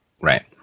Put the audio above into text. Right